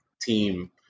team